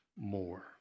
more